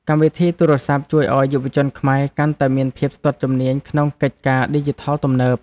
កម្មវិធីទូរសព្ទជួយឱ្យយុវជនខ្មែរ កាន់តែមានភាពស្ទាត់ជំនាញក្នុងកិច្ចការឌីជីថលទំនើប។